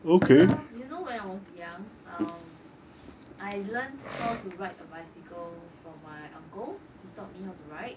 kay lor you know when I was young I learnt how to ride a bicycle from my uncle he taught me how to ride